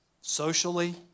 Socially